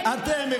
אתם,